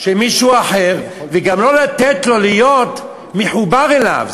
של מישהו אחר, וגם לא לתת לו להיות מחובר אליו.